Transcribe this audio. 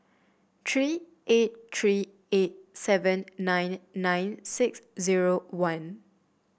three eight three eight seven nine nine six zero one